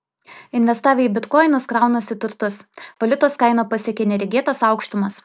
investavę į bitkoinus kraunasi turtus valiutos kaina pasiekė neregėtas aukštumas